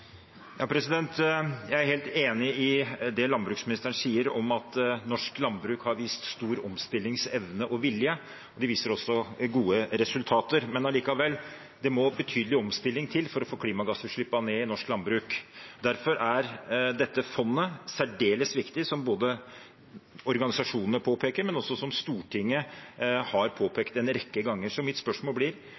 Jeg er helt enig i det landbruksministeren sier om at norsk landbruk har vist stor omstillingsevne og -vilje. De kan også vise til gode resultater, men det må likevel betydelig omstilling til for å få klimagassutslippene ned i norsk landbruk. Derfor er dette fondet særdeles viktig, noe som både organisasjonene og Stortinget har påpekt en rekke ganger. Mitt spørsmål